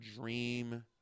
dream